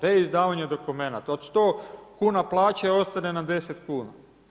Reizdavanje dokumenata od 100 kuna plaće ostane nam 10 kuna.